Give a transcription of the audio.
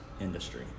industry